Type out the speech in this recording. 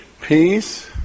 peace